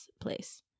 place